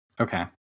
Okay